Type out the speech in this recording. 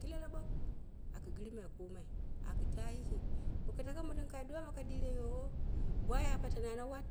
Kɨle loɓuk aku girma komai akɨ taa yiki bo ko tako mondin ka dire yowo gwai a pateni hanne wat